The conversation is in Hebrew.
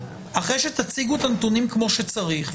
אחרי שתציגו את הנתונים כמו שצריך,